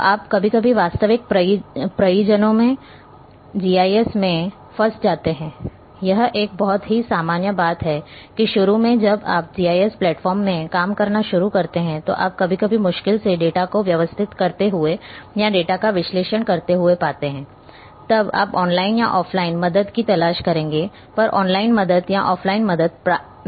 तो आप कभी कभी वास्तविक परियोजनाओं में जीआईएस में फंस जाते हैं यह एक बहुत ही सामान्य बात है कि शुरू में जब आप जीआईएस प्लेटफार्मों में काम करना शुरू करते हैं तो आप कभी कभी मुश्किल से डेटा को व्यवस्थित करते हुए या डेटा का विश्लेषण करते हुए पाते हैं तब आप ऑनलाइन या ऑफलाइन मदद की तलाश करेंगे पर ऑनलाइन मदद या ऑफ़लाइन मदद पर्याप्त नहीं हो सकती है